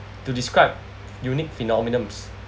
to describe unique phenomenons